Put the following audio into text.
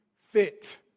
fit